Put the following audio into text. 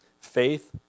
faith